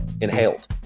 inhaled